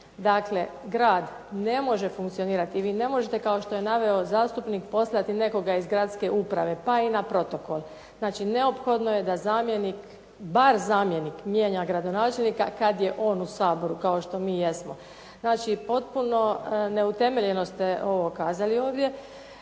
Dakle, grad ne može funkcionirati i vi ne možete kao što je naveo zastupnik poslati nekoga iz gradske uprave, pa i na protokol. Znači, neophodno je da zamjenik, bar zamjenik mijenja gradonačelnika kad je on u Saboru, kao što mi jesmo. Znači, potpuno neutemeljeno ste ovo kazali ovdje.